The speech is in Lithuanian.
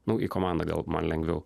nu į komandą gal man lengviau